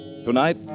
Tonight